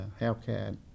healthcare